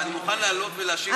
אני מוכן לעלות ולהשיב לך.